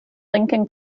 lincoln